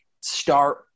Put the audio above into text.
start